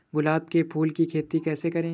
गुलाब के फूल की खेती कैसे करें?